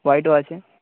হোয়াইটও আছে